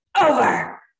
over